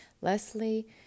Leslie